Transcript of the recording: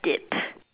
yep